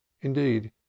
Indeed